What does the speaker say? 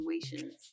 situations